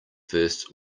first